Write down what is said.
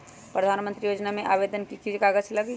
प्रधानमंत्री योजना में आवेदन मे की की कागज़ात लगी?